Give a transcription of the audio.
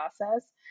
process